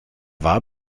war